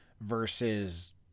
versus